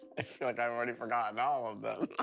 i feel like i've already forgotten all of them!